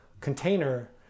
container